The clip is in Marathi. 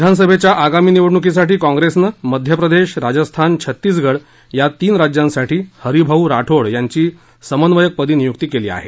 विधानसभेच्या आगामी निवडणुकीसाठी काँग्रेसनं मध्यप्रदेश राजस्थान छत्तीसगड या तीन राज्यांसाठी हरिभाऊ राठोड यांची समन्वयक पदी नियुक्ती केली आहे